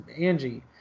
Angie